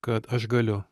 kad aš galiu